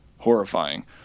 horrifying